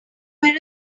were